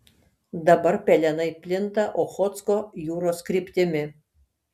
dabar pelenai plinta ochotsko jūros kryptimi